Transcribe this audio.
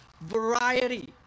variety